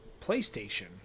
PlayStation